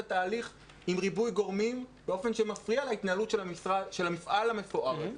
התהליך עם ריבוי גורמים באופן שמפריע להתנהלות של המפעל המפואר הזה.